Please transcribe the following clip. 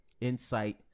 Insight